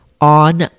on